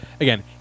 again